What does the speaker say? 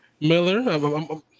Miller